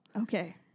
Okay